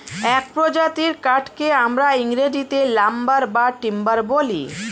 এক প্রজাতির কাঠকে আমরা ইংরেজিতে লাম্বার বা টিম্বার বলি